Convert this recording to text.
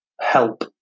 help